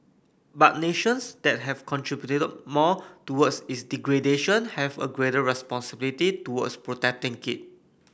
but nations that have contributed more towards its degradation have a greater responsibility towards protecting it